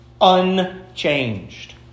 unchanged